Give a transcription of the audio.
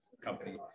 company